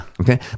Okay